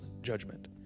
judgment